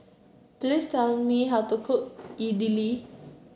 please tell me how to cook Idili